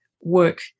work